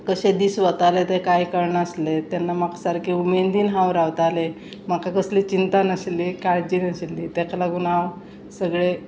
कशें दीस वताले ते कांय कळनासलें तेन्ना म्हाका सारकें उमेदीन हांव रावतालें म्हाका कसली चिंता नाशिल्ली काळजी नाशिल्ली तेका लागून हांव सगळें